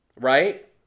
Right